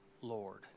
Lord